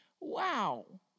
Wow